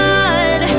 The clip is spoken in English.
God